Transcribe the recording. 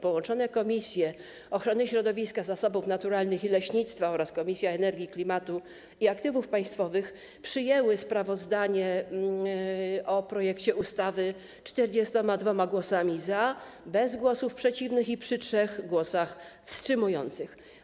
Połączone Komisje: Ochrony Środowiska, Zasobów Naturalnych i Leśnictwa oraz Energii, Klimatu i Aktywów Państwowych przyjęły sprawozdanie o projekcie ustawy 42 głosami za, bez głosów przeciwnych i przy 3 głosach wstrzymujących.